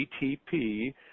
ATP